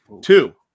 Two